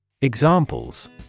Examples